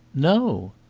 no.